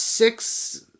Six